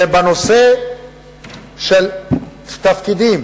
שבנושא של תפקידים